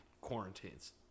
quarantines